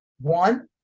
one